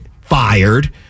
fired